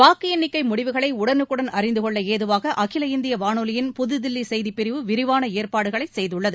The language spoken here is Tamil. வாக்கு எண்ணிக்கை முடிவுகளை உடனுக்குடன் அறிந்து கொள்ள ஏதுவாக அகில இந்திய வானொலியின் புதுதில்லி செய்திப்பிரிவு விரிவான ஏற்பாடுகளைச் செய்துள்ளது